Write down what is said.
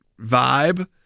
vibe